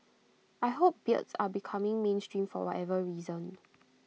I hope beards are becoming mainstream for whatever reason